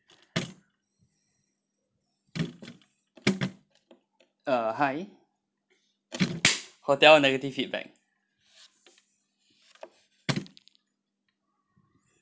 uh hi hotel negative feedback